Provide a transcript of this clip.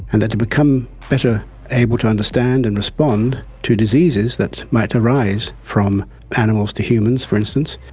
and that to become better able to understand and respond to diseases that might arise from animals to humans, for instance,